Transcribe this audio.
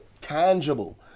tangible